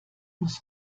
muss